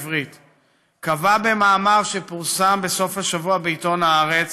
קבע במאמר שפורסם בסוף השבוע בעיתון "הארץ"